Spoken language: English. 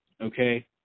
okay